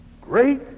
Great